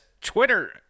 Twitter